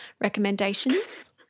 recommendations